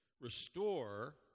restore